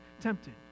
tempted